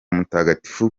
mutagatifu